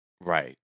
Right